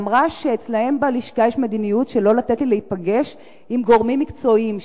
ואמרה שאצלם בלשכה יש מדיניות שלא לתת לי להיפגש עם גורמים מקצועיים,